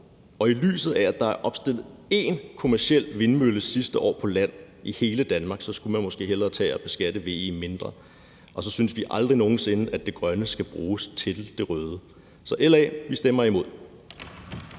og i lyset af at der er opstillet én kommerciel vindmølle på land sidste år i hele Danmark, skulle man måske hellere tage at beskatte VE mindre. Og så synes vi aldrig nogen sinde, at det grønne skal bruges til det røde. Så i LA stemmer vi imod.